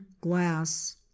glass